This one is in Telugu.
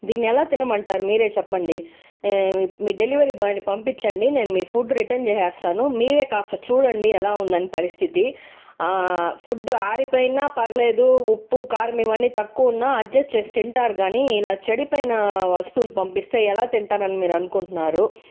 దీన్ని ఎలా తినమంటారు మీరే చెప్పండి మీ డెలివరీ బాయ్ ని పంపించండి నేను మీ ఫుడ్ రిటర్న్ చేసేస్తాను మీరే కాస్త చూడండి ఎలా ఉందని పరిస్థితి ఫుడ్ ఆరిపోయిన పర్లేదు ఉప్పు కారం ఇవన్నీ తక్కువున్నా అడ్జస్ట్ చేసి తింటారు కానీ ఇలా చెడిపోయిన వస్తువులు పంపిస్తే ఎలా తింటానని మీరు అనుకుంటున్నారు